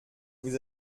vous